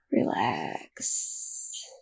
Relax